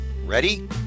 Ready